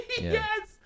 Yes